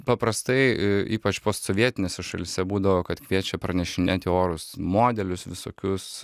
paprastai ypač postsovietinėse šalyse būdavo kad kviečia pranešinėti orus modelius visokius